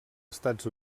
estats